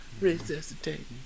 resuscitate